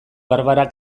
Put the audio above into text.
barbara